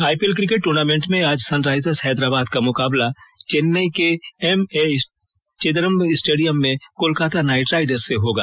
IPL cricket tournament में आज Sunrisers Hyderabad का मुकाबला चेन्नई के एम ए चिदंबरम स्टेडियम में कोलकाता नाइट राइडर्स से होगा